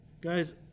Guys